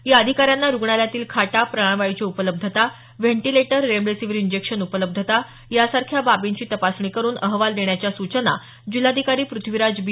या अधिकाऱ्यांना रुग्णालयातील खाटा प्राणवायूची उपलब्धता व्हेंटीलेटर रेमडेसीवीर इंजेक्शन उपलब्धता यासारख्या बाबींची तपासणी करून अहवाल देण्याच्या सूचना जिल्हाधिकारी पृथ्वीराज बी